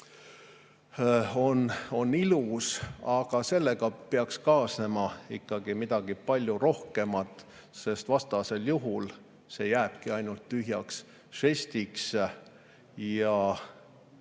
on ilus, aga sellega peaks kaasnema ikkagi midagi palju rohkemat. Vastasel juhul see jääbki ainult tühjaks žestiks ja